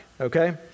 okay